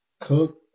Cook